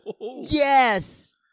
yes